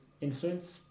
influence